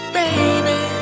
baby